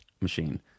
machine